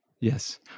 Yes